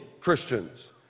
Christians